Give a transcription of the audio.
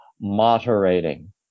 moderating